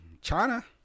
china